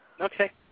Okay